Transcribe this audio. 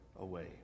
away